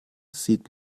sieht